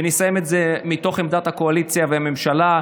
ונסיים את זה מתוך עמדת הקואליציה והממשלה,